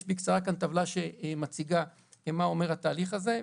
יש כאן טבלה שמציגה בקצרה מה אומר התהליך הזה,